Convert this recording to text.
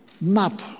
map